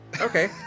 Okay